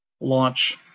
launch